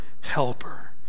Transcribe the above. helper